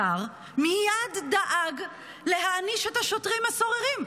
השר מייד דאג להעניש את השוטרים הסוררים.